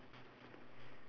two birds what colour are they